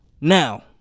Now